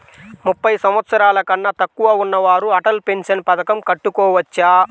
ముప్పై సంవత్సరాలకన్నా తక్కువ ఉన్నవారు అటల్ పెన్షన్ పథకం కట్టుకోవచ్చా?